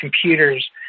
computers